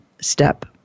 step